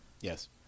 Yes